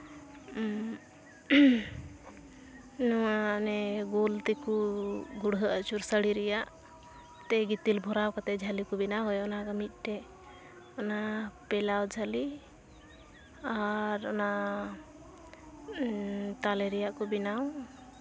ᱱᱚᱣᱟ ᱢᱟᱱᱮ ᱜᱳᱞ ᱛᱮᱠᱚ ᱜᱩᱲᱦᱟᱹ ᱟᱹᱪᱩᱨ ᱥᱟᱹᱲᱤ ᱨᱮᱭᱟᱜ ᱛᱮ ᱜᱤᱛᱤᱞ ᱵᱷᱚᱨᱟᱣ ᱠᱟᱛᱮᱫ ᱡᱷᱟᱹᱞᱤ ᱠᱚ ᱵᱮᱱᱟᱣ ᱦᱳᱭ ᱚᱱᱟᱫᱚ ᱢᱤᱫᱴᱮᱱ ᱚᱱᱟ ᱯᱤᱞᱟᱣ ᱡᱷᱟᱹᱞᱤ ᱟᱨ ᱚᱱᱟ ᱛᱟᱞᱮ ᱨᱮᱭᱟᱜ ᱠᱚ ᱵᱮᱱᱟᱣ